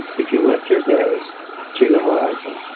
if you lift your gaze to the horizon